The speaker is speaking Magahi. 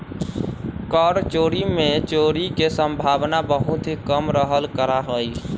कर चोरी में चोरी के सम्भावना बहुत ही कम रहल करा हई